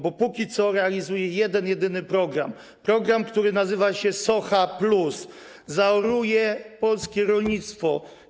Bo póki co realizuje jeden jedyny program, program, który nazywa się „Socha+”: zaoruje polskie rolnictwo.